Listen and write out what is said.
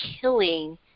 killing